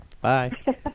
Bye